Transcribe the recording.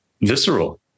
visceral